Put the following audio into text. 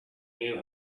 knew